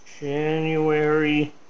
January